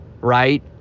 Right